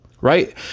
right